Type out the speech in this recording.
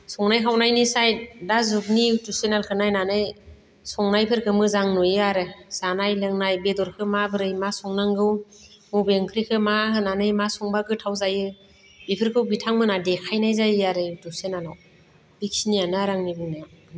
संनाय खावनायनि साय दा जुगनि इउटुब चेनेलखो नायनानै संनायफोरखो मोजां नुयो आरो जानाय लोंनाय बेदरखो माबोरै मा संनांगौ बबे ओंख्रिखो मा होनानै मा संब्ला गोथाव जायो बेफोरखो बिथांमोना देखायनाय जायो आरो इउटुब चेनेलाव बेखिनियानो आरो आंनि बुंनाया